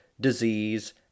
disease